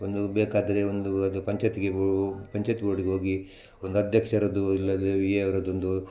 ಒಂದು ಬೇಕಾದರೆ ಒಂದು ಅದು ಪಂಚಾಯ್ತ್ಗೆ ಇರ್ಬೋವು ಪಂಚಾಯ್ತ ಬೋರ್ಡ್ಗ್ಗ ಹೋಗಿ ಒಂದು ಅಧ್ಯಕ್ಷರದ್ದು ಇಲ್ಲದೇ ವಿಎ ಅವರದೊಂದು